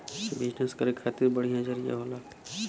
business करे खातिर बढ़िया जरिया होला